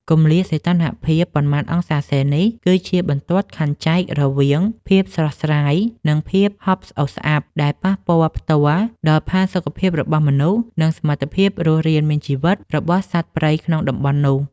គម្លាតសីតុណ្ហភាពប៉ុន្មានអង្សានេះ គឺជាបន្ទាត់ខណ្ឌចែករវាង ភាពស្រស់ស្រាយ និងភាពហប់ស្អុះស្អាប់ ដែលប៉ះពាល់ផ្ទាល់ដល់ផាសុកភាពរបស់មនុស្ស និងសមត្ថភាពរស់រានមានជីវិតរបស់សត្វព្រៃក្នុងតំបន់នោះ។